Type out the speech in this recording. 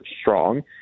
strong